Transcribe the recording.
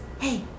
hey